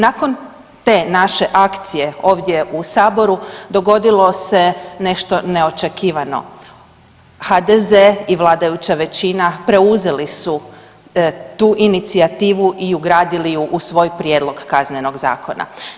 Nakon te naše akcije ovdje u saboru dogodilo se nešto neočekivano, HDZ i vladajuća većina preuzeli su tu inicijativu i ugradili ju u svoj prijedlog Kaznenog zakona.